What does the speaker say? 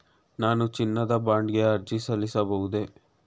ನಾನು ಚಿನ್ನದ ಬಾಂಡ್ ಗೆ ಅರ್ಜಿ ಸಲ್ಲಿಸಬಹುದೇ?